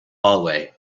hallway